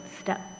step